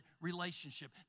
relationship